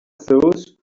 those